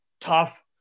tough